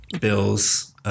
Bill's